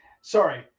sorry